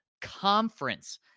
conference